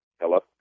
Hello